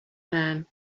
man